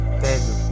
baby